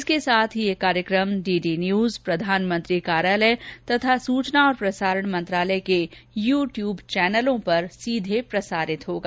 इसके साथ ही यह कार्यक्रम डीडीन्यूज प्रधानमंत्री कार्यालय तथा सूचना और प्रसारण मंत्रालय के यूट्यूब चैनलो पर भी सीधे प्रसारित होगा